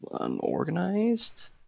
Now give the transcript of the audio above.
unorganized